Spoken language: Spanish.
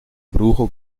brujo